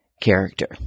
character